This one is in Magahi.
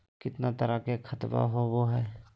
कितना तरह के खातवा होव हई?